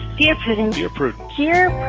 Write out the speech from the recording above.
dear prudence, dear prudence here.